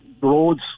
roads